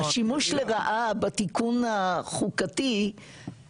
השימוש לרעה בתיקון החוקתי,